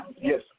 Yes